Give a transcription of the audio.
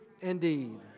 indeed